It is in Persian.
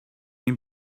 این